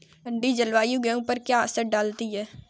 ठंडी जलवायु गेहूँ पर क्या असर डालती है?